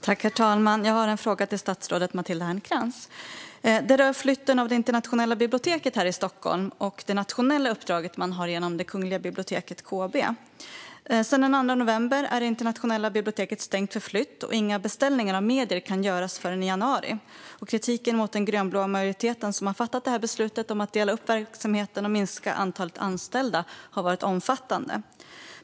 Herr talman! Jag har en fråga till statsrådet Matilda Ernkrans om flytten av Internationella biblioteket här i Stockholm och det nationella uppdrag som man har genom Kungliga biblioteket, KB. Sedan den 2 november är Internationella biblioteket stängt för flytt, och inga beställningar av medier kan göras förrän i januari. Kritiken mot den grönblåa majoritet som har fattat beslutet om att dela upp verksamheten och minska antalet anställda har varit omfattande.